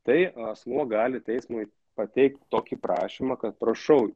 tai asmuo gali teismui pateikt tokį prašymą kad prašau